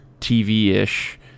TV-ish